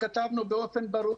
כתבנו באופן ברור,